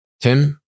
Tim